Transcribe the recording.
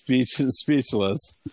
speechless